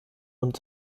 und